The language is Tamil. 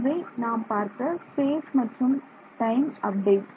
இவை நாம் பார்த்த ஸ்பேஸ் மற்றும் டைம் அப்டேட்